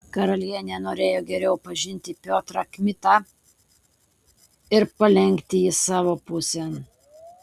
karalienė norėjo geriau pažinti piotrą kmitą ir palenkti jį savo pusėn